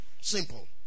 Simple